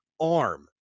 arm